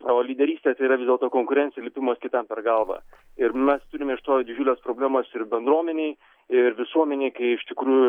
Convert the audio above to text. o lyderystė tai yra vis dėl to konkurencija lipimas kitam per galvą ir mes turime iš to didžiules problemas ir bendruomenėj ir visuomenėj kai iš tikrųjų